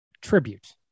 tribute